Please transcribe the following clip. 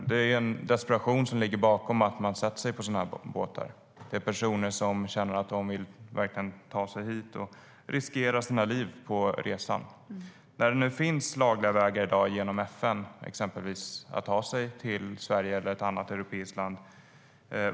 Det är en desperation som ligger bakom att de sätter sig i sådana båtar. Det är personer som känner att de verkligen vill ta sig hit och som riskerar sina liv på resan. Det finns lagliga vägar i dag genom FN, exempelvis, för att ta sig till Sverige eller ett annat europeiskt land.